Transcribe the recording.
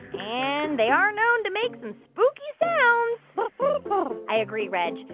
and they are known to make some spooky sounds i agree, reg.